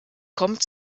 kommt